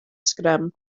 sgrym